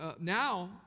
now